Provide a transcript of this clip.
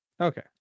Okay